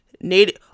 Native